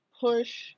push